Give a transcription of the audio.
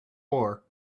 war